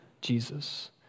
Jesus